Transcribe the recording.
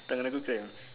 tangan aku cramp